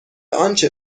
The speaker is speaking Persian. آنچه